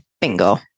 Bingo